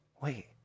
wait